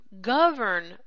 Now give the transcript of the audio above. govern